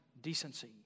decency